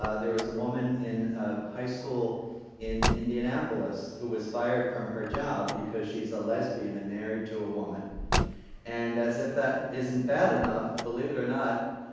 there was a woman and in a high school in indianapolis who was fired from her job because she's a lesbian and married to a woman and as if that isn't bad enough, believe it or not,